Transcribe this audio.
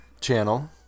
channel